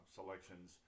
selections